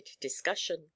discussion